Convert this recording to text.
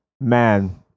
Man